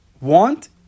want